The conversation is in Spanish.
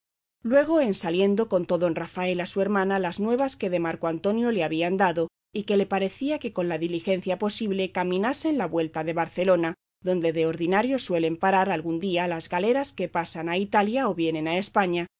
luego en saliendo contó don rafael a su hermana las nuevas que de marco antonio le habían dado y que le parecía que con la diligencia posible caminasen la vuelta de barcelona donde de ordinario suelen parar algún día las galeras que pasan a italia o vienen a españa